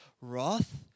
wrath